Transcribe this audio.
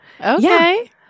Okay